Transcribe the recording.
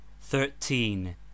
thirteen